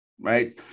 right